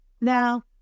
Now